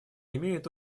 имеют